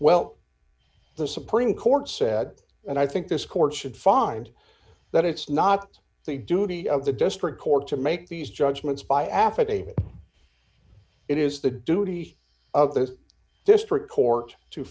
well the supreme court said and i think this court should find that it's not the duty of the district court to make these judgments by affidavit it is the duty of the district court to